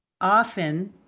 often